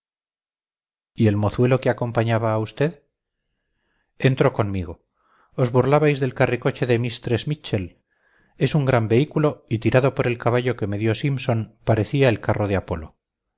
y el mozuelo que acompañaba a usted entró conmigo os burlabais del carricoche de mistress mitchell es un gran vehículo y tirado por el caballo que me dio simpson parecía el carro de apolo